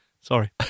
Sorry